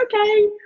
okay